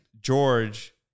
George